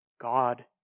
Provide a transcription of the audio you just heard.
God